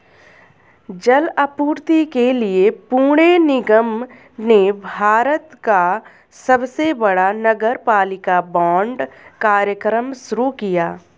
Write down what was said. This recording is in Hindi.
जल आपूर्ति के लिए पुणे निगम ने भारत का सबसे बड़ा नगरपालिका बांड कार्यक्रम शुरू किया